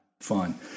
fun